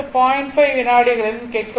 5 வினாடிகளிலும் கேட்கப்பட்டுள்ளது